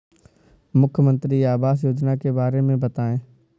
मुख्यमंत्री आवास योजना के बारे में बताए?